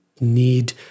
need